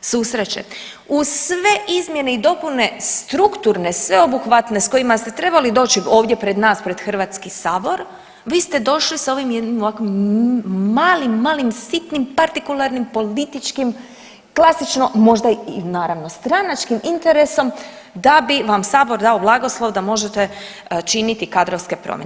susreće, uz sve izmjene i dopune strukturne sveobuhvatne s kojima ste trebali doći ovdje pred nas pred HS, vi ste došli s ovim jednim ovako malim, malim sitnim partikularnim političkim klasično možda i naravno stranačkim interesom da bi vam sabor dao blagoslov da možete činiti kadrovske promjene.